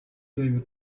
对于